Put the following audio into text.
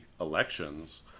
elections